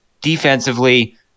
defensively